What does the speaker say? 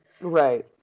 Right